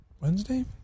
Wednesday